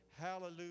Hallelujah